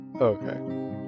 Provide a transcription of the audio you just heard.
Okay